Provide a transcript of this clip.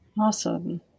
awesome